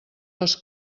les